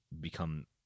become